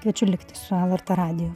kviečiu likti su lrt radiju